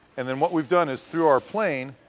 and then what we've done is, through our plane,